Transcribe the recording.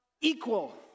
equal